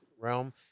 realm